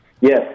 Yes